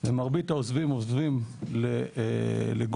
ומרבית העוזבים עוזבים לגרוזיה,